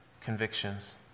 convictions